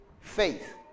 faith